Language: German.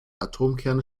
atomkerne